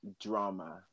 drama